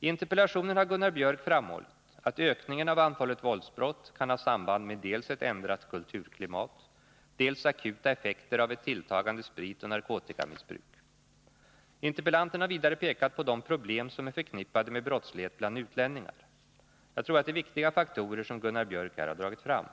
I interpellationen har Gunnar Biörck framhållit att ökningen av antalet våldsbrott kan ha samband med dels ett ändrat kulturklimat, dels akuta effekter av ett tilltagande spritoch narkotikamissbruk. Interpellanten har vidare pekat på de problem som är förknippade med brottslighet bland utlänningar. Jag tror att det är viktiga faktorer som Gunnar Biörck här har dragit fram.